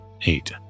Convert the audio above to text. eight